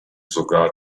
sogar